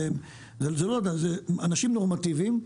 זה אנשים נורמטיביים,